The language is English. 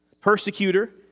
persecutor